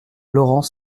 laurent